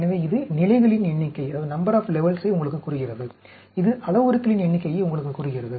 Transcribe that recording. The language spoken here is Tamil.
எனவே இது நிலைகளின் எண்ணிக்கையை உங்களுக்குக் கூறுகிறது இது அளவுருக்களின் எண்ணிக்கையை உங்களுக்குக் கூறுகிறது